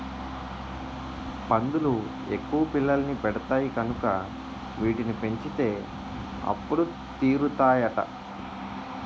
పందులు ఎక్కువ పిల్లల్ని పెడతాయి కనుక వీటిని పెంచితే అప్పులు తీరుతాయట